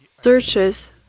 searches